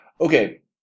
okay